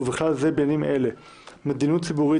ובכלל זה בעניינים אלה: מדיניות ציבורית,